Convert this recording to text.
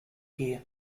here